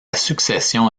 succession